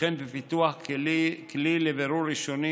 וכן בפיתוח כלי לבירור ראשוני,